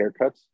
haircuts